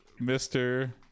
Mr